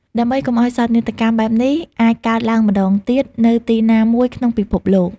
ដើម្បីកុំឲ្យសោកនាដកម្មបែបនេះអាចកើតឡើងម្តងទៀតនៅទីណាមួយក្នុងពិភពលោក។